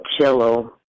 cello